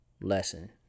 lesson